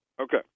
Okay